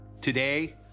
Today